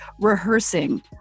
rehearsing